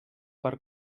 per